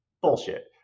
bullshit